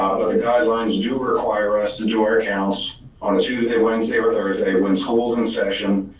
but the guidelines do require us to do our counts on a tuesday, wednesday or thursday when school's in session.